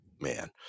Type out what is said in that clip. man